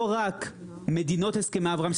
לא רק מדינות הסכמי אברהם,